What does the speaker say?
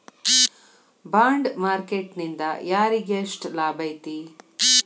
Bond market ನಿಂದಾ ಯಾರಿಗ್ಯೆಷ್ಟ್ ಲಾಭೈತಿ?